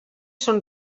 són